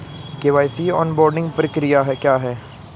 KYC onboarding प्रक्रिया क्या है?